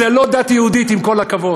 זאת לא דת יהודית, עם כל הכבוד.